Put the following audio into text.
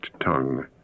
tongue